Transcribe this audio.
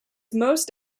most